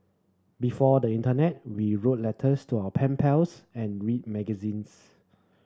before the internet we wrote letters to our pen pals and read magazines